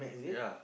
ya